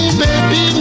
baby